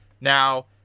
Now